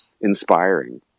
inspiring